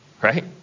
Right